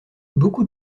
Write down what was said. beaucoup